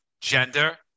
gender